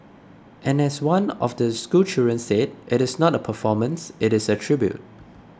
and as one of the schoolchildren said it is not a performance it is a tribute